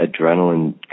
adrenaline